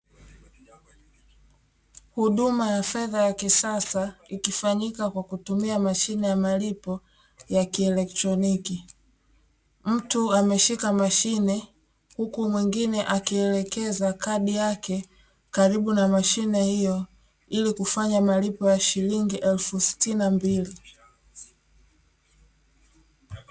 Humuma ya fedha ya kisasa ikifanyika kwa kutumia mashine ya malipo ya kielektroniki. Mtu ameshika mashine, huku mwingine akielekeza kadi yake karibu na mshine hiyo, ili kufanya malipo ya shilingi elfu sitini na mbili.